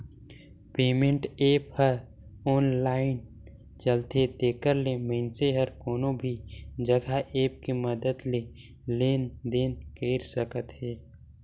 payment app ह online चलथे तेखर ले मइनसे हर कोनो भी जघा ऐप के मदद ले लेन देन कइर सकत हे